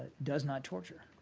does not torture.